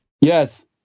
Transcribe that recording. yes